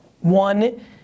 One